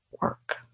work